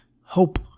hope